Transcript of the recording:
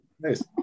Nice